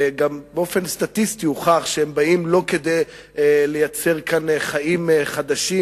ובאופן סטטיסטי הוכח שהם באים לא כדי ליצור כאן חיים חדשים,